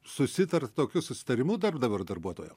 susitarta tokiu susitarimu darbdavio ir darbuotojo